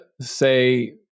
say